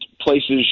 places